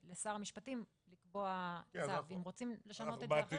לשר המשפטים לקבוע --- סגן שר במשרד ראש הממשלה אביר קארה: כן,